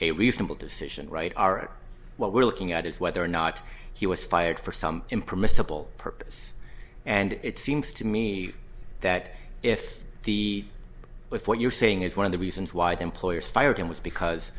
a reasonable decision right are what we're looking at is whether or not he was fired for some impermissible purpose and it seems to me that if the with what you're saying is one of the reasons why the employers fired him was because